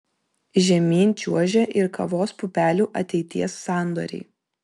žemyn čiuožia ir kavos pupelių ateities sandoriai